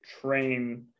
train